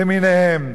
למיניהם,